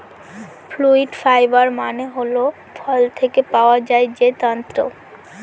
fruit fibre মানে হল ফল থেকে পাওয়া যায় যে তন্তু